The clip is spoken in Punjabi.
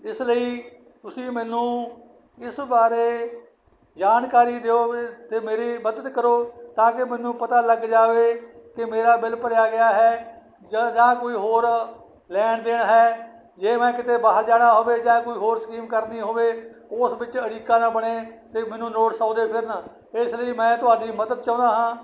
ਇਸ ਲਈ ਤੁਸੀਂ ਮੈਨੂੰ ਇਸ ਬਾਰੇ ਜਾਣਕਾਰੀ ਦਿਓ ਵੇ ਅਤੇ ਮੇਰੀ ਮਦਦ ਕਰੋ ਤਾਂ ਕਿ ਮੈਨੂੰ ਪਤਾ ਲੱਗ ਜਾਵੇ ਕਿ ਮੇਰਾ ਬਿੱਲ ਭਰਿਆ ਗਿਆ ਹੈ ਜ ਜਾਂ ਕੋਈ ਹੋਰ ਲੈਣ ਹੈ ਜੇ ਮੈਂ ਕਿਤੇ ਬਾਹਰ ਜਾਣਾ ਹੋਵੇ ਜਾਂ ਕੋਈ ਹੋਰ ਸਕੀਮ ਕਰਨੀ ਹੋਵੇ ਉਸ ਵਿੱਚ ਅੜਿੱਕਾ ਨਾ ਬਣੇ ਅਤੇ ਮੈਨੂੰ ਨੋਟਿਸ ਆਉਂਦੇ ਫਿਰਨ ਇਸ ਲਈ ਮੈਂ ਤੁਹਾਡੀ ਮਦਦ ਚਾਹੁੰਦਾ ਹਾਂ